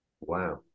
wow